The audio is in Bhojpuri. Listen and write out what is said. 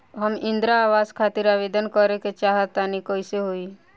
हम इंद्रा आवास खातिर आवेदन करे क चाहऽ तनि कइसे होई?